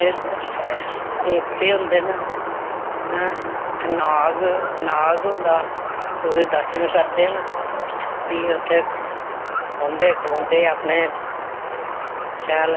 उत्थें देवते होंदे न ऐं इत्थें नाग नाग होंदा ओह्दे दर्शन करदे न भी उत्थें बौहंदे खड़ौंदे अपने शैल